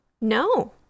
no